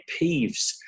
peeves